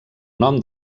nom